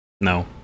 No